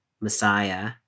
Messiah